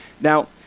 Now